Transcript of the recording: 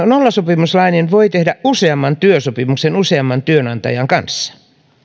nollasopimuslainen voi tehdä useamman työsopimuksen useamman työnantajan kanssa